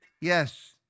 yes